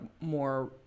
more